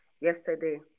yesterday